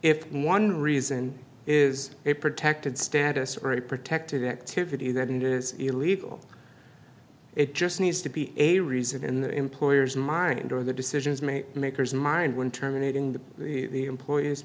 if one reason is a protected status or a protected activity that it is illegal it just needs to be a reason in the employer's mind or the decisions made makers mind when terminating the employer